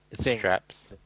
Straps